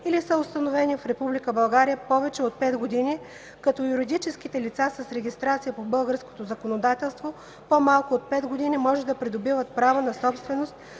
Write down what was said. или са установени в Република България повече от 5 години, като юридическите лица с регистрация по българското законодателство по-малко от 5 години може да придобиват право на собственост